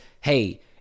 hey